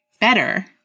better